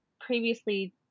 previously